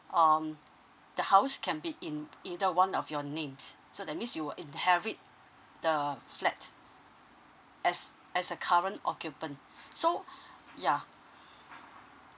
um the house can be in either one of your names so that means you will inherit the flat as as a current occupant so yeah